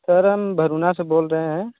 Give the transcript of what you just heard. sir हम धरुना से बोल रहे हैं